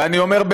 ואני אומר,